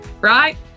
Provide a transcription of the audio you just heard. right